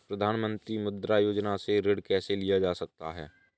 प्रधानमंत्री मुद्रा योजना से ऋण कैसे लिया जा सकता है?